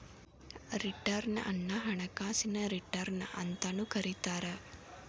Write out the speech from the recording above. return ಅನ್ನ ಹಣಕಾಸಿನ return ಅಂತಾನೂ ಕರಿತಾರ